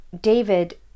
David